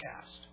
cast